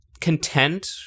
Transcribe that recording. content